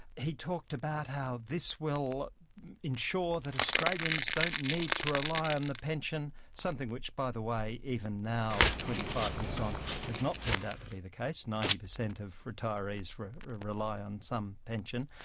he talked about how this will ensure that australians don't need to rely on the pension, something which, by the way, even now twenty five years on has not turned out to be the case, ninety percent of retirees rely on some pension,